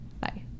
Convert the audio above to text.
Bye